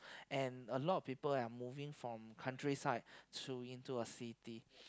and a lot of people are moving from country side to in to a city